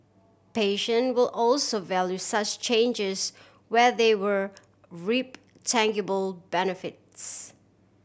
patient will also value such changes where they were reap tangible benefits